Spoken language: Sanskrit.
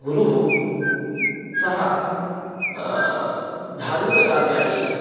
गुरुः सः धार्मिककार्याणि